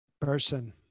person